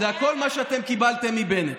זה הכול מה שאתם קיבלתם מבנט.